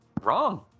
wrong